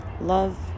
love